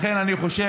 לכן אני חושב,